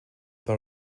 par